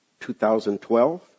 2012